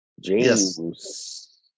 James